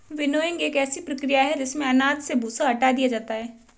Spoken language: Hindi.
विनोइंग एक ऐसी प्रक्रिया है जिसमें अनाज से भूसा हटा दिया जाता है